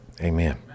Amen